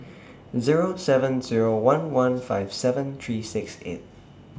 Zero seven Zero one one five seven three six eight